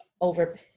over